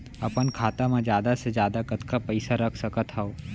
अपन खाता मा जादा से जादा कतका पइसा रख सकत हव?